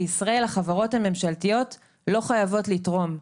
בישראל, החברות הממשלתיות לא חייבות לתרום.